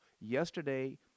yesterday